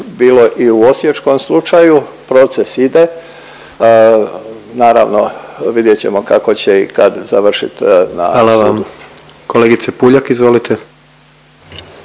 bilo i u osječkom slučaju, proces ide, naravno vidjet ćemo kako će i kad završit na sudu. **Jandroković, Gordan